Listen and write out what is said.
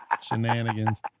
Shenanigans